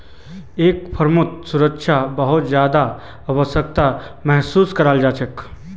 एक फर्मत सुरक्षा बहुत ज्यादा आवश्यकताक महसूस कियाल जा छेक